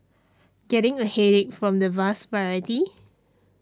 getting a headache from the vast variety